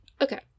okay